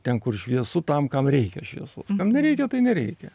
ten kur šviesu tam kam reikia šviesos kam nereikia tai nereikia